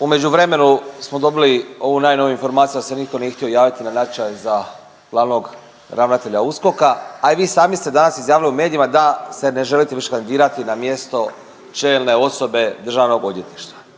…u međuvremenu smo dobili ovu najnoviju informaciju da se nitko nije htio javiti na natječaj za glavnog ravnatelja USKOK-a, a i vi sami ste danas izjavili u medijima da se ne želite više kandidirati na mjesto čelne osobe državnog odvjetništva.